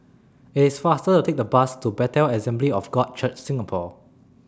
IT IS faster to Take The Bus to Bethel Assembly of God Church Singapore